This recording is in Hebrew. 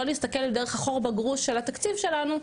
לא נסתכל דרך החור בגרוש של התקציב שלנו,